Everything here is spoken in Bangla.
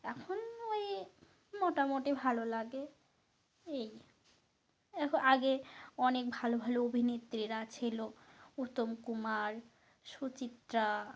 এখন ওই মোটামুটি ভালো লাগে এই এখো আগে অনেক ভালো ভালো অভিনেত্রীরা ছিলো উত্তম কুমার সুচিত্রা